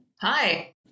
Hi